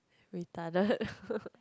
retarded